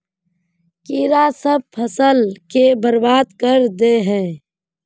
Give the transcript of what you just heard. कीड़ा सब फ़सल के बर्बाद कर दे है?